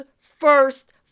first